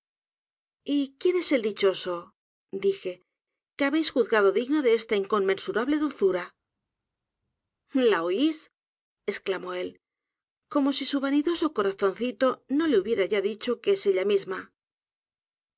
y quién es el dichoso dije que habéis juzgado digno de esta inconmensurable dulzura la oís exclamó él como si su vanidoso corazoncito no le hubiera ya dicho que es ella misma